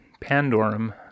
pandorum